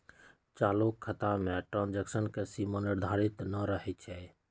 चालू खता में ट्रांजैक्शन के सीमा निर्धारित न रहै छइ